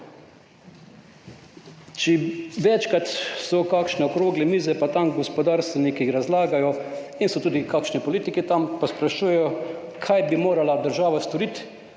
Večkrat so kakšne okrogle mize pa tam gospodarstveniki razlagajo in so tudi kakšni politiki tam pa sprašujejo, kaj bi morala država storiti,